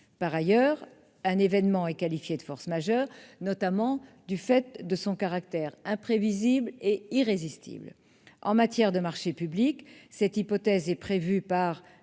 Par ailleurs, un événement est qualifié de cas de force majeure en raison de son caractère imprévisible et irrésistible. En matière de marchés publics, cette hypothèse est prévue par